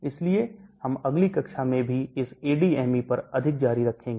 इसलिए हम अगली कक्षा में भी इस ADME पर अधिक जारी रखेंगे